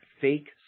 fake